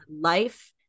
life